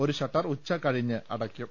ഒരു ഷട്ടർ ഉച്ച കഴിഞ്ഞു അടക്കും